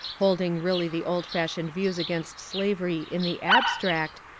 holding really the old-fashioned views against slavery in the abstract,